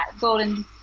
golden